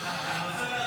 להצבעה.